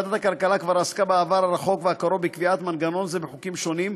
ועדת הכלכלה כבר עסקה בעבר הרחוק והקרוב בקביעת מנגנון זה בחוקים שונים,